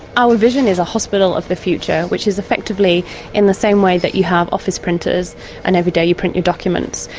our vision is a hospital of the future which is effectively in the same way that you have office printers and every day you print your documents.